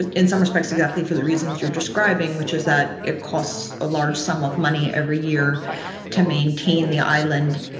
in some respects. exactly. for the reasons you're describing, which is that it costs a large sum of money every year to maintain the island,